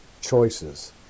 choices